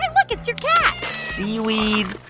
hey, look, it's your cat seaweed,